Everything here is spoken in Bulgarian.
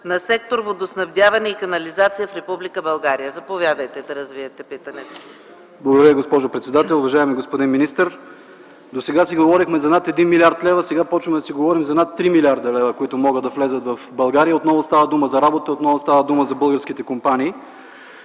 на сектор „Водоснабдяване и канализация” в Република България. Заповядайте да развиете питането. ДИМЧО МИХАЛЕВСКИ (КБ): Благодаря Ви, госпожо председател. Уважаеми господин министър, досега си говорехме за над 1 млрд. лв., сега започваме да си говорим за над 3 млрд. лв., които могат да влязат в България. Отново става дума за работа, отново става дума за българските компании.